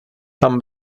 tam